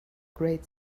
great